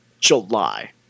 July